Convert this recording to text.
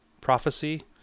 prophecy